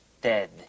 dead